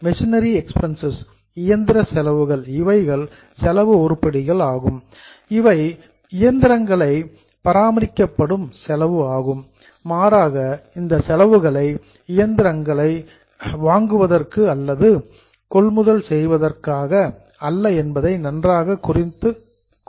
missionary expense இயந்திர செலவுகள் இவைகள் செலவு உருப்படிகள் ஆகும் இவை மிஷினரி இயந்திரங்களை மெயின்டனன்ஸ் பராமரிக்கப்படும் செலவு ஆகும் மாறாக இந்த செலவுகள் இயந்திரங்களை அக்குவைசேஷன் வாங்குவதற்கு அல்லது கொள்முதல் செய்வதற்காக அல்ல என்பதை நன்றாக குறித்துக் கொள்ளுங்கள்